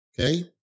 okay